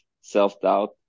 self-doubt